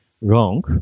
wrong